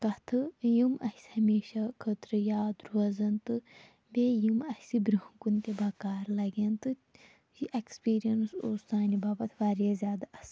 کَتھٕ یِم اَسہِ ہَمیشہٕ خٲطرٕ یاد روزَن تہٕ بیٚیہِ یِم اَسہِ کُنتہِ بَکار لَگَن یہِ ایٚکسپیٖریَنٕس اوس سانہِ باپَتھ واریاہ زیادٕ اصل